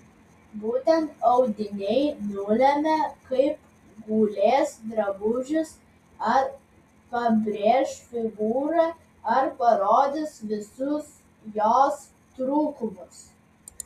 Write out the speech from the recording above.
būtent audiniai nulemia kaip gulės drabužis ar pabrėš figūrą ar parodys visus jos trūkumus